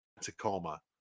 tacoma